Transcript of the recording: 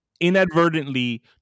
inadvertently